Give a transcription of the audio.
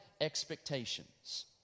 expectations